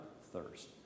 thirst